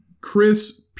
Chris